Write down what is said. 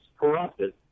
corrupted